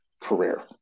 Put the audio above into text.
career